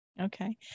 okay